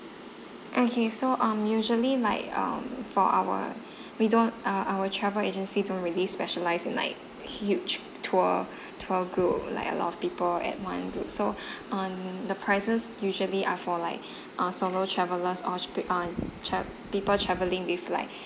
okay so um usually like um for our we don't uh our travel agency don't really specialise in like huge tour tour group like a lot of people at one group so um the prices usually are for like uh solo travelers or should pick on tra~ people travelling with like